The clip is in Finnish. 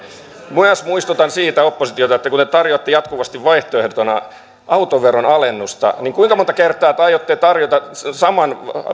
myös muistutan oppositiota siitä että kun te tarjoatte jatkuvasti vaihtoehtona autoveron alennusta niin kuinka monta kertaa te aiotte tarjota saman